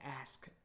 ask